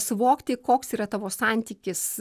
suvokti koks yra tavo santykis